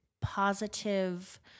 positive